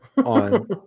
on